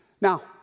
Now